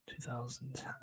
2010